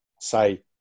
say